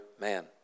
man